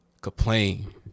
complain